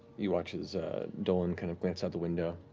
you watch as dolan kind of glances out the window.